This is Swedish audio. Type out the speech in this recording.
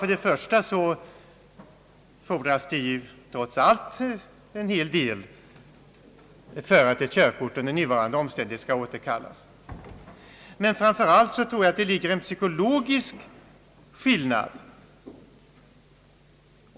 För det första fordras ju trots allt en hel del för att ett körkort under nuvarande förhållanden skall återkallas. Men framför allt tror jag det föreligger en psykologisk skillnad.